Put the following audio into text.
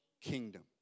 kingdom